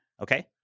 Okay